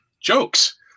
jokes